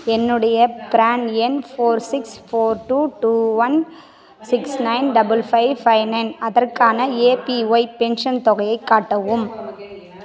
என்னுடைய ப்ரான் எண் four six four two two one six nine double five five nine அதற்கான APY pension தொகையைக் காட்டவும்